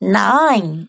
nine